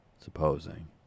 supposing